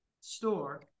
store